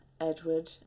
Edward